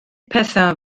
pethau